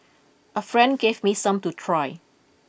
a friend gave me some to try